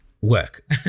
work